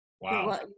Wow